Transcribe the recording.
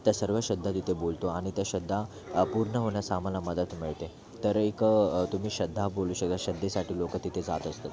त्या सर्व श्रद्धा तिथे बोलतो आणि त्या श्रद्धा पूर्ण होण्यास आम्हाला मदत मिळते तर एक तुम्ही श्रद्धा बोलू शकत श्रद्धेसाठी लोक तिथे जात असतात